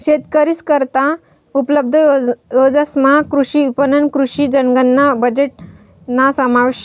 शेतकरीस करता उपलब्ध योजनासमा कृषी विपणन, कृषी जनगणना बजेटना समावेश शे